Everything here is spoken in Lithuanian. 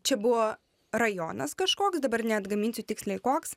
čia buvo rajonas kažkoks dabar neatgaminsiu tiksliai koks